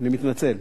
אני מתנצל,